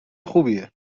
خوبیه